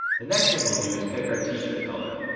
the next thing we'll do is pick our t-shirt colour.